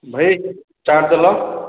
ଭାଇ ଚାଟ୍ ଦେଲ